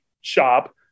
shop